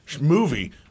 Movie